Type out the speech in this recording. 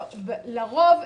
לרוב,